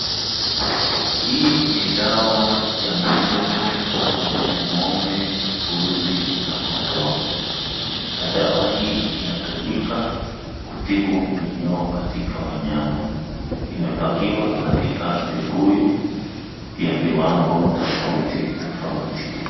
Hii ni dawa ya mifugo kama vile ngombe, mbuzi na kondoo na dawa hii inatumika kutibu minyoo katika wanyama imepakiwa katika vibuyu vya viwango tofauti tofauti.